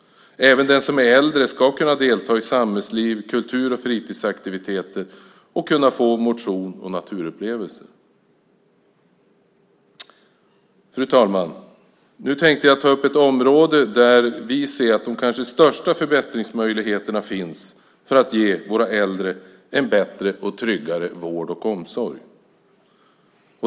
Även den som är äldre ska kunna delta i samhällsliv och kultur och fritidsaktiviteter och kunna få motion och naturupplevelser. Fru talman! Nu tänkte jag ta upp det område där vi ser att de kanske största förbättringsmöjligheterna finns för att ge våra äldre en bättre och tryggare vård och omsorg.